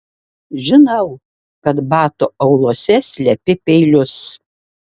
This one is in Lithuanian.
žinau kad batų auluose slepi peilius